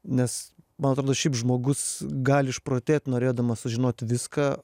nes man atrodo šiaip žmogus gali išprotėt norėdamas sužinot viską